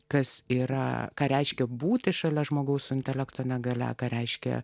kas yra ką reiškia būti šalia žmogaus intelekto negalia ką reiškia